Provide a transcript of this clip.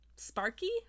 sparky